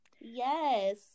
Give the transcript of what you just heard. Yes